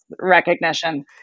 recognition